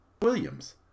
Williams